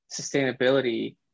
sustainability